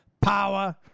Power